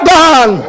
done